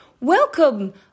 Welcome